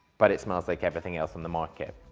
but it smells like everything else in the market.